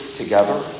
together